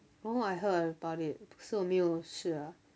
oh I heard about it 可是我没有试啦